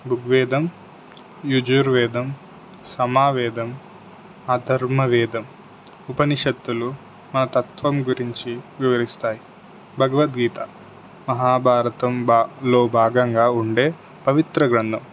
ఋగ్వేదం యుజుర్వేదం సమావేదం అధర్వవేదం ఉపనిషత్తులు మన తత్వం గురించి వివరిస్తాయి భగవద్గీత మహాభారతం భా లో భాగంగా ఉండే పవిత్ర గ్రంధం